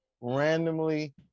randomly